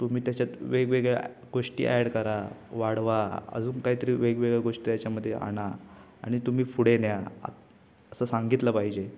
तुम्ही त्याच्यात वेगवेगळ्या गोष्टी ॲड करा वाढवा अजून काहीतरी वेगवेगळ्या गोष्टी त्याच्यामध्ये आणा आणि तुम्ही पुढे न्या आसं सांगितलं पाहिजे